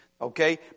Okay